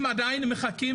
אני מדבר על החלק המוסרי.